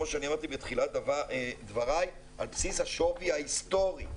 כמו שאמרתי בתחילת דבריי על בסיס השווי ההיסטורי,